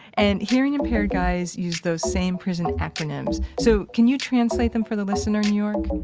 and hearing-impaired guys use those same prison acronyms. so can you translate them for the listeners, new york?